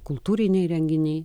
kultūriniai renginiai